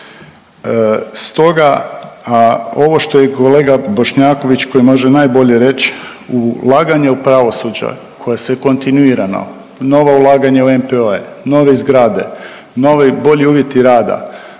Stoga, a ovo što je i kolega Bošnjaković koji može najbolje reći, ulaganje u pravosuđa koja se kontinuirano, nova ulaganja u NPO-e, nove zgrade, nove, bolji uvjeti rada